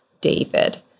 David